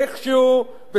בסופו של דבר,